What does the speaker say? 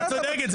מדויקת,